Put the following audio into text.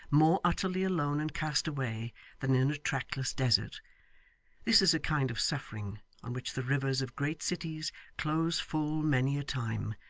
more utterly alone and cast away than in a trackless desert this is a kind of suffering, on which the rivers of great cities close full many a time,